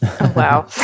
wow